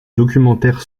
documentaire